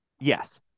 Yes